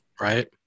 right